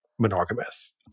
monogamous